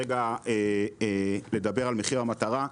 רוצה לדבר על מחיר המטרה.